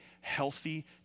healthy